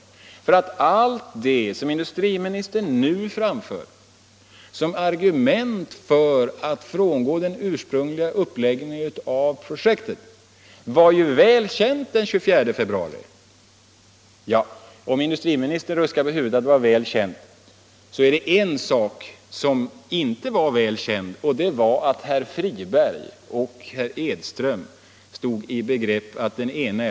Allt det som industriministern nu framför som argument för att frångå den ursprungliga uppläggningen av projektet var ju väl känt den 24 februari. Industriministern ruskar nu på huvudet, och en sak var faktiskt inte väl känd; det var att den ene eller den andre av herrar Friberg och Edström stod i begrepp att avgå.